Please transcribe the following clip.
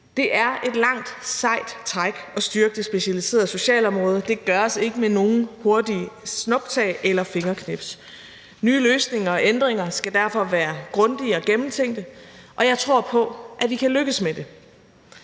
Det er et langt, sejt træk at styrke det specialiserede socialområde, det gøres ikke med nogen hurtige snuptag eller fingerknips. Nye løsninger og ændringer skal derfor være grundige og gennemtænkte, og jeg tror på, at vi kan lykkes med det.